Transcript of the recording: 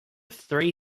three